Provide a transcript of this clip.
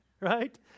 Right